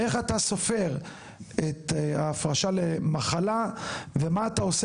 איך אתה סופר את ההפרשה למחלה ומה אתה עושה